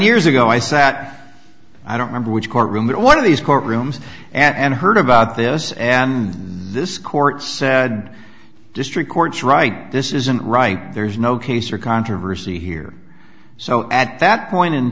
years ago i sat i don't remember which courtroom one of these court rooms and heard about this and this court said district courts right this isn't right there's no case or controversy here so at that point in